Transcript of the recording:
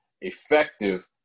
effective